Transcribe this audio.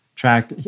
track